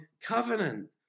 covenant